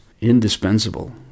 indispensable